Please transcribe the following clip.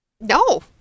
No